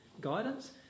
guidance